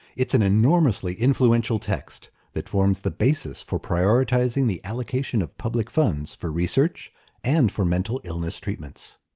it's an enormously influential text that forms the basis for prioritising the allocation of public funds for research and for mental illness treatments.